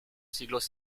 siglos